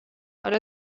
حالا